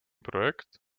projekt